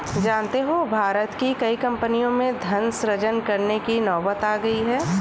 जानते हो भारत की कई कम्पनियों में धन सृजन करने की नौबत आ गई है